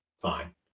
fine